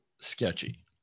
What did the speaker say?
sketchy